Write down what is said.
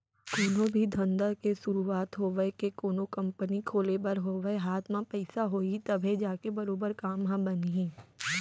कोनो भी धंधा के सुरूवात होवय के कोनो कंपनी खोले बर होवय हाथ म पइसा होही तभे जाके बरोबर काम ह बनही